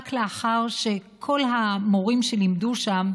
רק לאחר שכל המורים שלימדו שם,